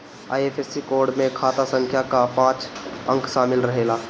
IFSC code में खाता संख्या कअ पांच अंक शामिल रहेला